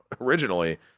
originally